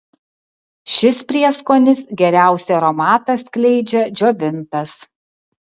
šis prieskonis geriausiai aromatą skleidžia džiovintas